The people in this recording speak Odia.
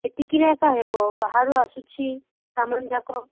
ଏତିକିରେ ଏକା ହେବ ବାହାରୁ ଆସୁଛି ସାମାନ ଯାକ